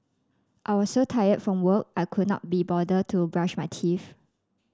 I was so tired from work I could not be bother to brush my teeth